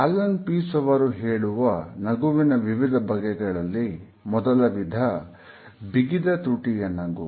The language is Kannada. ಅಲೀನ್ ಪೀಸ್ ಅವರು ಹೇಳುವ ನಗುವಿನ ವಿವಿಧ ಬಗೆಗಳಲ್ಲಿ ಮೊದಲ ವಿಧ ಬಿಗಿದ ತುಟಿಯ ನಗು